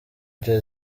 jay